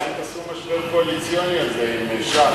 השאלה אם תעשו משבר קואליציוני על זה עם ש"ס.